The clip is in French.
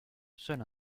seul